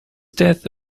death